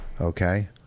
Okay